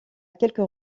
quelques